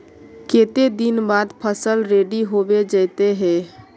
केते दिन बाद फसल रेडी होबे जयते है?